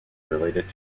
related